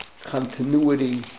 continuity